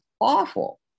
awful